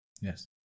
Yes